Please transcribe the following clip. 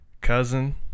Cousin